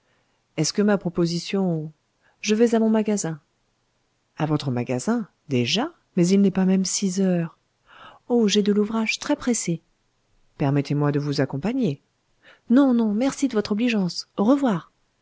est-ce que ma proposition je vais à mon magasin a votre magasin déjà mais il n'est pas même six heures oh j'ai de l'ouvrage très-pressé permettez-moi de vous accompagner non non merci de votre obligeance au revoir